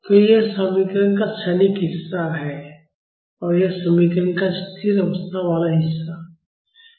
तो यह समीकरण का क्षणिक हिस्सा है और यह समीकरण का स्थिर अवस्था वाला हिस्सा है